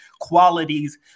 qualities